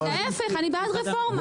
להיפך, אני בעד חוק רפורמה.